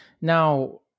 Now